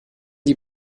die